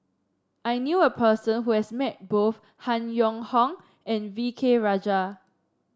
I knew a person who has met both Han Yong Hong and V K Rajah